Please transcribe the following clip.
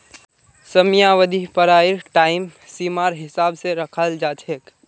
समयावधि पढ़ाईर टाइम सीमार हिसाब स रखाल जा छेक